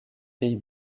pays